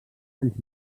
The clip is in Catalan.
anys